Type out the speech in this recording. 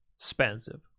expensive